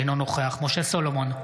אינו נוכח משה סולומון,